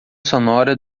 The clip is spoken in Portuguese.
sonora